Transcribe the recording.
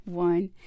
One